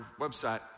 website